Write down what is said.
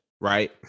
right